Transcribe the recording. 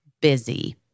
busy